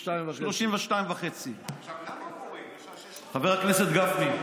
32.5. 32.5. חבר הכנסת גפני,